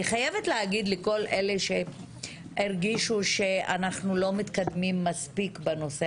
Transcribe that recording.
אני חייבת להגיד לכל אלה שהרגישו שאנחנו לא מתקדמים מספיק בנושא